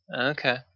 Okay